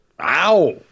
Ow